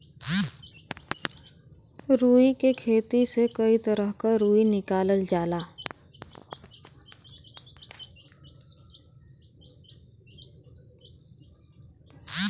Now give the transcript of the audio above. रुई के खेती से कई तरह क रुई निकालल जाला